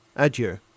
Adieu